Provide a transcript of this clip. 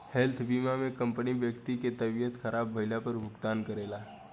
health बीमा में company व्यक्ति के तबियत ख़राब भईला पर भुगतान करेला